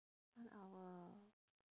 one hour